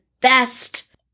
best